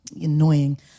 annoying